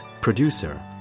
Producer